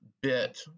bit